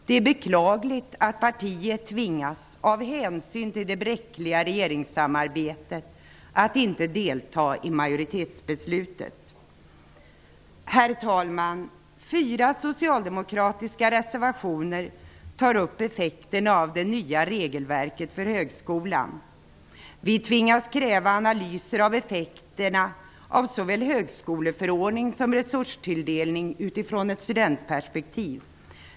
Det är beklagligt att partiet, av hänsyn till det bräckliga regeringsssamarbetet, tvingas att inte delta i majoritetsbeslutet. Herr talman! Fyra socialdemokratiska reservationer tar upp effekterna av det nya regelverket för högskolan. Vi tvingas kräva analyser av effekterna av såväl högskoleförordning som resurstilldelning utifrån ett studentperspektiv.